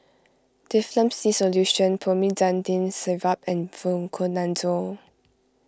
Difflam C Solution Promethazine Syrup and Fluconazole